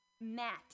Matt